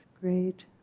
great